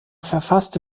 verfasste